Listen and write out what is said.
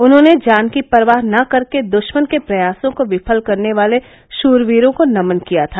उन्होंने जान की परवाह न करके दुश्मन के प्रयासों को विफल करने वाले शूरवीरों को नमन किया था